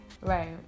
right